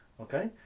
Okay